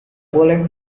boleh